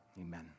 Amen